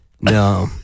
No